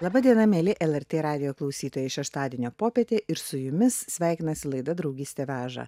laba diena mieli lrt radijo klausytojai šeštadienio popietė ir su jumis sveikinasi laida draugystė veža